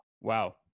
Wow